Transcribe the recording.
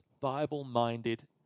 Bible-minded